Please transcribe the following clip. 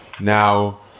Now